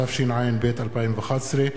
התשע"ב 2011,